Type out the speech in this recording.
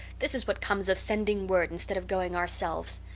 this is what comes of sending word instead of going ourselves.